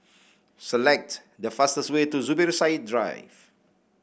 select the fastest way to Zubir Said Drive